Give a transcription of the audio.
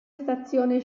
stazione